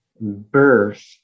Birth